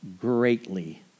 greatly